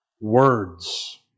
words